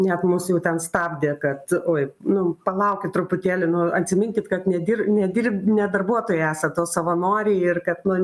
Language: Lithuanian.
net mus jau ten stabdė kad oi nu palaukit truputėlį nu atsiminkit kad nedir nedirb ne darbuotojai esat o savanoriai ir kad nu